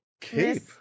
cape